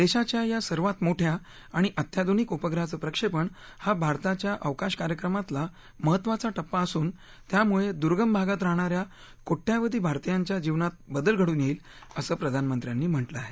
देशाच्या या सर्वात मोठ्या आणि अत्याध्निक उपग्रहाचं प्रक्षेपण हा भारताच्या अवकाश कार्यक्रमातला महत्त्वाचा टप्पा असून त्यामुळे दुर्गम भागात राहणा या कोट्यवधी भारतीयांच्या जीवनात बदल घडून येईल असं प्रधानमंत्र्यांनी म्हटलं आहे